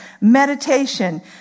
Meditation